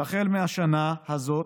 והחל מהשנה הזאת